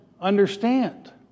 understand